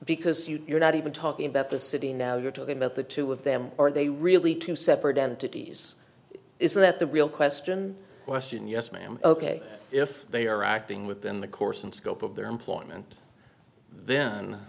because you're not even talking about the city now you're talking about the two of them are they really two separate entities is that the real question question yes ma'am ok if they are acting within the course and scope of their employment then